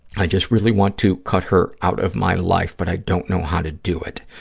i just really want to cut her out of my life, but i don't know how to do it.